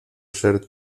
ser